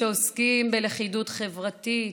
שעוסקים בלכידות חברתית,